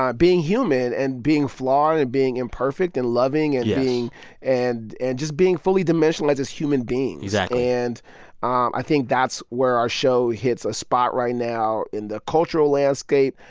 um being human and being flawed and being imperfect and loving. yes. and being and and just being fully dimensionalized as human beings exactly and um i think that's where our show hits a spot right now in the cultural landscape.